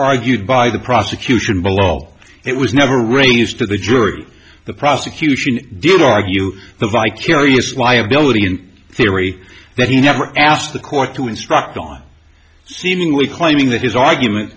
argued by the prosecution below it was never raised to the jury the prosecution did argue the vicarious liability in theory that you never asked the court to instruct on seemingly claiming that his argument